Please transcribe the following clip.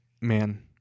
man